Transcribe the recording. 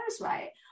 right